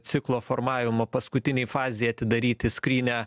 ciklo formavimo paskutinėj fazėj atidaryti skrynią